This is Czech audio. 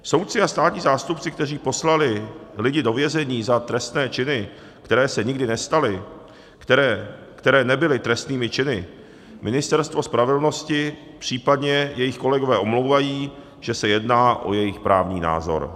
Soudci a státní zástupci, kteří poslali lidi do vězení za trestné činy, které se nikdy nestaly, které nebyly trestnými činy, Ministerstvo spravedlnosti, případně jejich kolegové omlouvají, že se jedná o jejich právní názor.